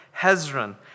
Hezron